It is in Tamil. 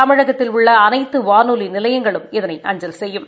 தமிழகத்தில் உள்ள அனைத்து வானொலி நிலையங்களும் இதனை அஞ்சல் செய்யும்